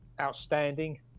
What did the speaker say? outstanding